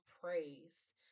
praise